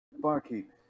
Barkeep